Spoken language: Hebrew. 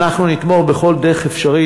ואנחנו נתמוך בכל דרך אפשרית.